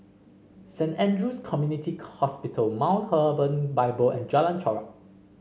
Saint Andrew's Community Hospital Mount Hermon Bible and Jalan Chorak